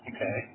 Okay